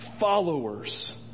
followers